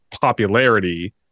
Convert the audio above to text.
popularity